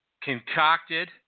concocted